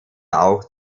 auch